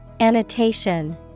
Annotation